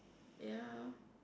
ya